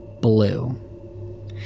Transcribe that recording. blue